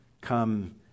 come